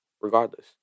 regardless